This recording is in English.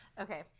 okay